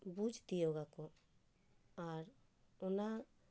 ᱵᱩᱡᱽ ᱛᱤᱭᱳᱜᱟᱠᱚ ᱟᱨ ᱚᱱᱟ